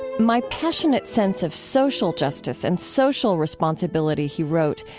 my passionate sense of social justice and social responsibility, he wrote,